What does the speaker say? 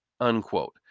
unquote